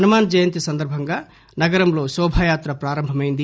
హనుమాస్ జయంతి సందర్భంగా నగరంలో శోభా యాత్ర ప్రారంభమైంది